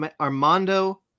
Armando